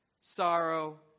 sorrow